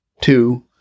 Two